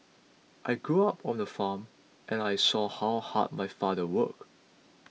I grew up on a farm and I saw how hard my father worked